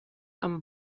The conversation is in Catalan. amb